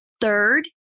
third